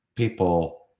people